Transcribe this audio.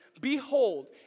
behold